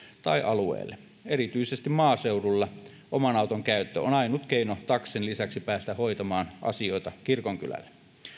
tai alueelle erityisesti maaseudulla oman auton käyttö on ainut keino taksin lisäksi päästä hoitamaan asioita kirkonkylälle